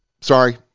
Sorry